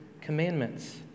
commandments